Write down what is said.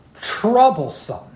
troublesome